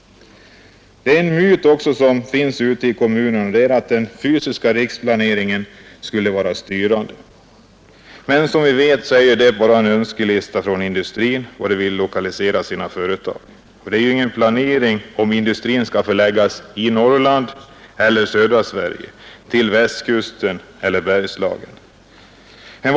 En myt ute i kommunerna är att den fysiska riksplaneringen skulle bli styrande. Men som vi vet är den bara en önskelista från industrin över var den vill lokalisera sina företag. Det är ju ingen planering över industrins förläggning till Norrland eller södra Sverige, till Västkusten eller Bergslagen.